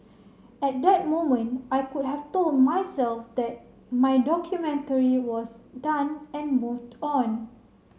at that moment I could have told myself that my documentary was done and moved on